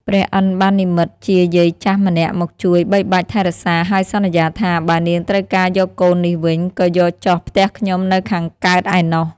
ព្រះឥន្ទ្របាននិម្មិតជាយាយចាស់ម្នាក់មកជួយបីបាច់ថែរក្សាហើយសន្យាថា បើនាងត្រូវការយកកូននេះវិញក៏យកចុះផ្ទះខ្ញុំនៅខាងកើតឯនោះ។